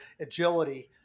agility